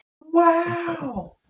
Wow